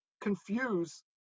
confuse